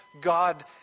God